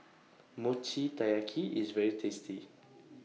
Mochi Taiyaki IS very tasty